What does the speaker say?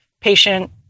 patient